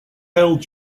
held